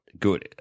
good